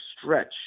stretch